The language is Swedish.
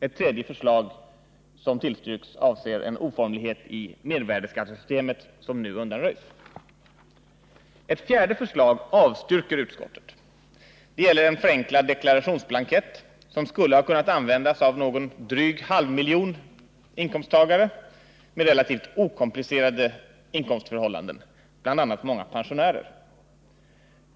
Ett tredje förslag som tillstyrks avser en oformlighet i mervärdeskattesystemet som nu undanröjs. Ett fjärde förslag avstyrker utskottet. Det gäller en förenklad deklarationsblankett, som skulle ha kunnat användas av någon dryg halv miljon skattskyldiga med relativt okomplicerade inkomstförhållanden, bl.a. många pensionärer.